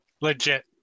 Legit